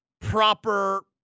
proper